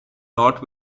north